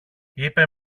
είπε